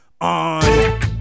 On